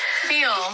feel